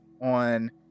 on